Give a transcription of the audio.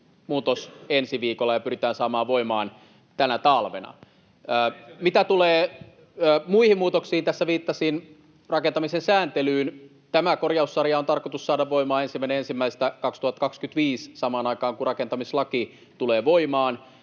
muutos ensi viikolla, ja se pyritään saamaan voimaan tänä talvena. Mitä tulee muihin muutoksiin, tässä viittasin rakentamisen sääntelyyn. Tämä korjaussarja on tarkoitus saada voimaan 1.1.2025 samaan aikaan, kun rakentamislaki tulee voimaan,